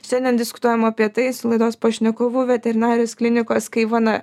šiandien diskutuojam apie tai su laidos pašnekovu veterinarijos klinikos kaivana